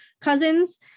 cousins